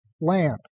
land